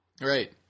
Right